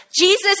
Jesus